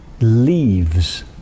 leaves